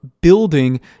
building